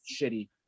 shitty